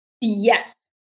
Yes